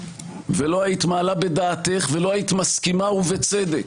ולא היית מעלה בדעתך, ולא היית מסכימה ובצדק,